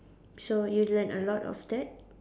so you learn a lot of that